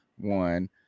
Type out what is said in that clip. one